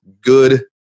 good